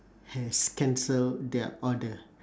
has cancelled their order